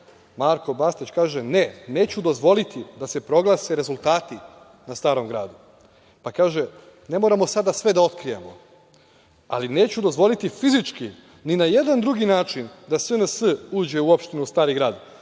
Marko Bastać kaže – ne, neću dozvoliti da se proglase rezultati na Starom Gradu. Pa kaže – ne moramo sada sve da otkrijemo, ali neću dozvoliti fizički, ni na jedan drugi način da SNS uđe u opštinu Stari Grad.